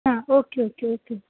ਹਾਂ okay okay okay